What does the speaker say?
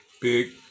Big